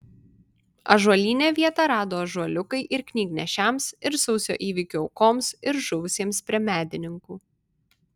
ąžuolyne vietą rado ąžuoliukai ir knygnešiams ir sausio įvykių aukoms ir žuvusiems prie medininkų